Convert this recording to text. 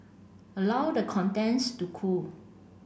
allow the contents to cool